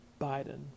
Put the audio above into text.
Biden